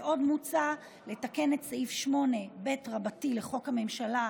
עוד מוצע לתקן את סעיף 8ב לחוק הממשלה,